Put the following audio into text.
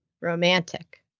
romantic